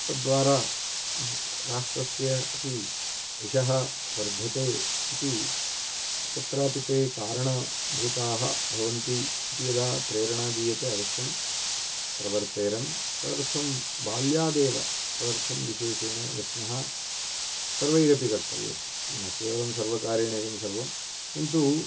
तद् द्वारा राष्ट्रस्य अपि यशः वर्धते इति तत्रापि ते कारणभूताः भवन्ति इति यदा प्रेरणा दीयते अवश्यं प्रवर्तेरन् तदर्थं बाल्यादेव तदर्थं विशेषेण यत्नः सर्वैरपि कर्तव्यः न केवलं सर्वकारेण इदं सर्वं किन्तु